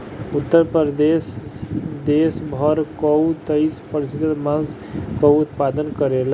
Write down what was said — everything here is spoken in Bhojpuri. उत्तर प्रदेश देस भर कअ तेईस प्रतिशत मांस कअ उत्पादन करेला